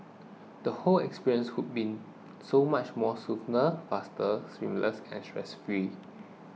the whole experience would be so much more smoother faster seamless and stress free